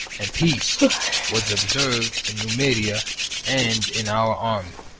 and peace was observed in numidia and in our army.